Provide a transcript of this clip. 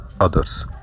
others